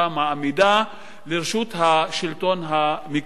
מעמידה לרשות השלטון המקומי.